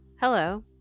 Hello